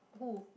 who